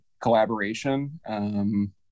collaboration